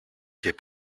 και